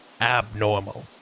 abnormal